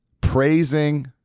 praising